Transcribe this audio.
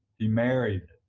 he married,